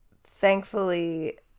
Thankfully